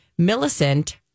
Millicent